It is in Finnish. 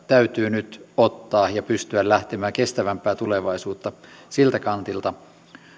täytyy nyt ottaa ja pystyä lähtemään kestävämpää tulevaisuutta siltä kantilta